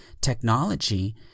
technology